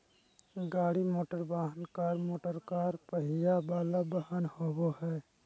गाड़ी मोटरवाहन, car motorcar पहिया वला वाहन होबो हइ